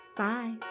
Bye